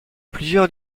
plusieurs